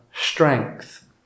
strength